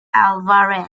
alvarez